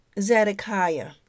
Zedekiah